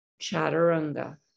Chaturanga